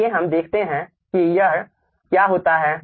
आगे हम देखते हैं कि क्या होता है